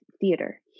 theater